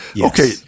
Okay